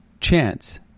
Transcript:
chance